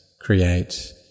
create